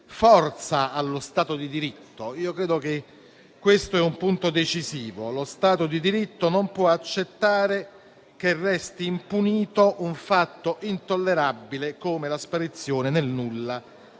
forza allo Stato di diritto. Credo che questo sia un punto decisivo: lo Stato di diritto non può accettare che resti impunito un fatto intollerabile come la sparizione nel nulla